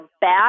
bad